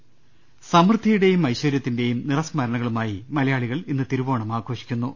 ൾ ൽ ൾ സമൃദ്ധിയുടെയും ഐശ്വരൃത്തിന്റെയും നിറസ്മരണക ളുമായി മലയാളികൾ ഇന്ന് തിരുവോണം ആഘോഷിക്കു ന്നു